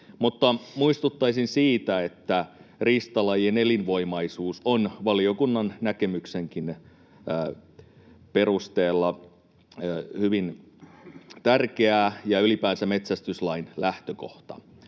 muistuttaisin siitä, että riistalajien elinvoimaisuus on valiokunnankin näkemyksen perusteella hyvin tärkeää ja ylipäänsä metsästyslain lähtökohta.